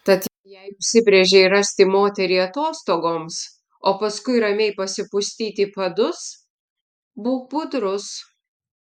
tad jei užsibrėžei rasti moterį atostogoms o paskui ramiai pasipustyti padus būk budrus